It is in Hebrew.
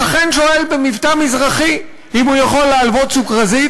השכן שואל במבטא מזרחי אם הוא יכול ללוות "סוכרזית",